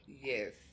Yes